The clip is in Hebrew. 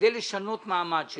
לשנות מעמד של מישהו.